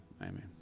Amen